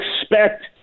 expect